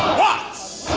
watts.